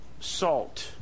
salt